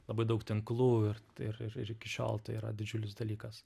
labai daug tinklų ir ir ir ir iki šiol tai yra didžiulis dalykas